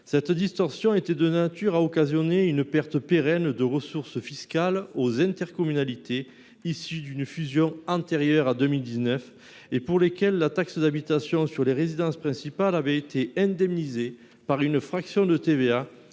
Cette distorsion était de nature à occasionner une perte pérenne de ressources fiscales aux intercommunalités issues d’une fusion antérieure à 2019 et pour lesquelles la taxe d’habitation sur les résidences principales avait été indemnisée par une fraction de TVA